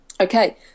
Okay